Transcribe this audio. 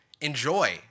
enjoy